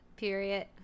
period